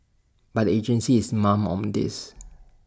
but the agency is mum on this